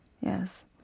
yes